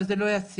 אבל זה לא ישים.